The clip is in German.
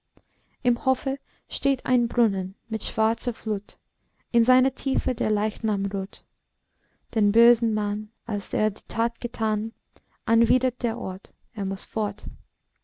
im hofe steht ein brunnen mit schwarzer flut in seiner tiefe der leichnam ruht den bösen mann als er die tat getan anwidert der ort er muß fort